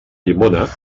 llimona